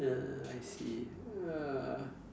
oh I see uh